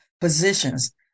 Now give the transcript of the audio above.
positions